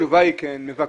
התשובה היא כן, מבקשים.